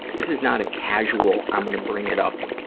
this is not a casual i'm gonna bring it up,